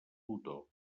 botó